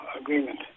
Agreement